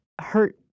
hurt